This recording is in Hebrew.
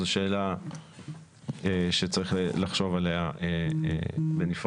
זו שאלה שצריך לחשוב עליה בנפרד.